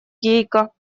гейка